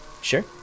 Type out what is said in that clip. Sure